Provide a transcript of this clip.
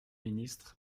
ministre